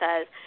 says